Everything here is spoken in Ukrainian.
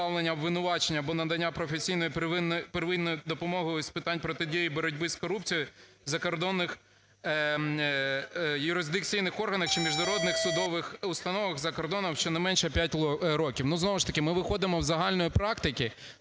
ми виходимо із загальної практики